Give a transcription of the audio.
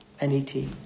N-E-T